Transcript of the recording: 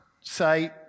say